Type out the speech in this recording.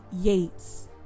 Yates